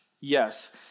yes